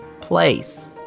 place